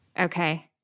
Okay